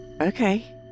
Okay